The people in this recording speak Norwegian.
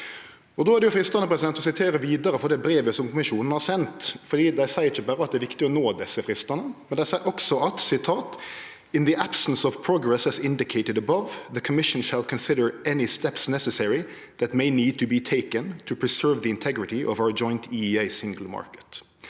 Då er det freistande å sitere vidare frå det brevet som kommisjonen har sendt, for dei seier ikkje berre at det er viktig å nå desse fristane, dei seier også: In the absence of progress as indicated above, the commission shall consider any steps necessary that may need to be taken to preserve the integrity of our joint EEA single market.